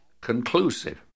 conclusive